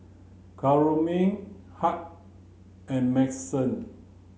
Carolyne Hank and Madyson